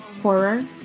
horror